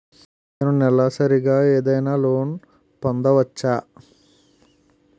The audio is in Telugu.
నేను నెలసరిగా ఏదైనా లోన్ పొందవచ్చా?